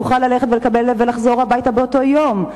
יוכל ללכת ולקבל ולחזור הביתה באותו יום.